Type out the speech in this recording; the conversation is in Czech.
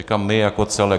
Říkám my jako celek.